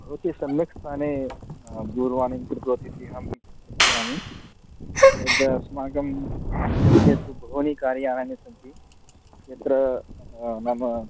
भवती सम्यक् स्थाने दूरवाणीं कृतवतीति अहं चिन्तयामि यद् अस्माकं सविधे तु बहूनि कार्यानि सन्ति यत्र नाम